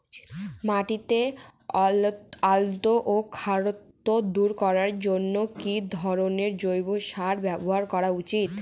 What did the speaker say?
মাটির অম্লত্ব ও খারত্ব দূর করবার জন্য কি ধরণের জৈব সার ব্যাবহার করা উচিৎ?